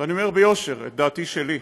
ואני אומר ביושר את דעתי שלי,